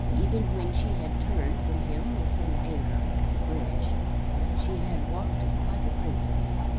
even when she had turned from him with some anger at the bridge she had walked like a princess.